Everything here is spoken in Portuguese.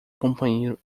companheiro